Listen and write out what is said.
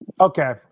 Okay